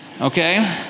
okay